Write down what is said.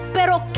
Pero